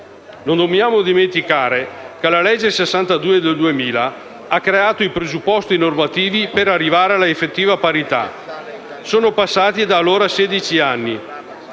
Non dobbiamo dimenticare che la legge n. 62 del 2000 ha creato i presupposti normativi per arrivare alla effettiva parità. Sono passati da allora sedici